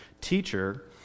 Teacher